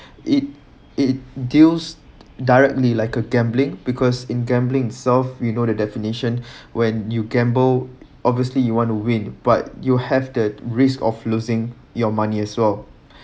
it it deals directly like a gambling because in gambling itself we know the definition when you gamble obviously you want to win but you have the risk of losing your money as well